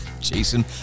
Jason